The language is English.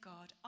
God